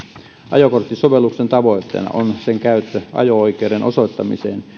ajokorttisovelluksen tavoitteena on sen käyttö ajo oikeuden osoittamiseen